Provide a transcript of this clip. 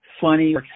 funny